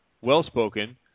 well-spoken